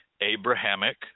Abrahamic